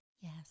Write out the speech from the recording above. Yes